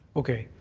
okay.